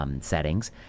settings